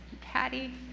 Patty